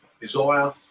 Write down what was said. desire